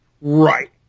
Right